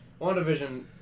WandaVision